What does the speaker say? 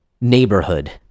neighborhood